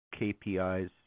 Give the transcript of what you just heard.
KPIs